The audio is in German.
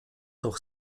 durch